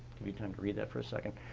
give me time to read that for a second.